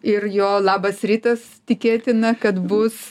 ir jo labas rytas tikėtina kad bus